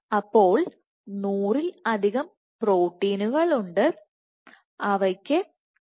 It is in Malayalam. അപ്പോൾ 100 ൽ അധികം പ്രോട്ടീനുകൾ ഉണ്ട് അവയ്ക്ക് 0